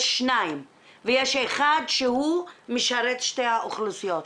יש שניים ויש אחד שמשרת את שתי האוכלוסיות.